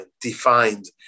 defined